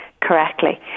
correctly